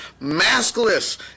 maskless